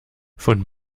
von